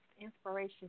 Inspiration